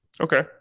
Okay